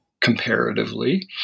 comparatively